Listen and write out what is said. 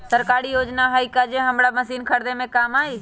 सरकारी योजना हई का कोइ जे से हमरा मशीन खरीदे में काम आई?